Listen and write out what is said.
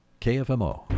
KFMO